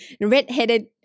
red-headed